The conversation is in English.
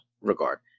regard